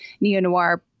neo-noir